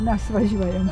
mes važiuojam